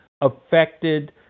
affected